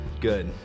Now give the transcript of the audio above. Good